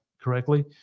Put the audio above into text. correctly